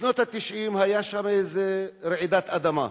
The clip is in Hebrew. בשנות ה-90 היתה שם איזה רעידת אדמה,